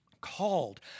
called